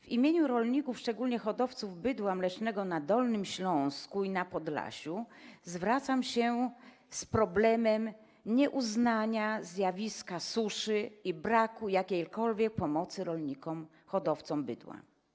W imieniu rolników, szczególnie hodowców bydła mlecznego na Dolnym Śląsku i na Podlasiu, zwracam się z problemem nieuznania zjawiska suszy i braku jakiejkolwiek pomocy dla rolników hodowców bydła.